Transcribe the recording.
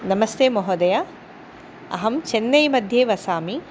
नमस्ते महोदय अहं चन्नैमध्ये वसामि